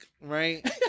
right